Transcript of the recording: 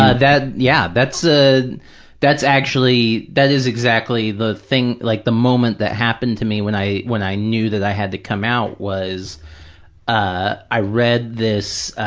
ah yeah, that's ah that's actually, that is exactly the thing, like the moment that happened to me, when i when i knew that i had to come out, was i i read this